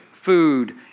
food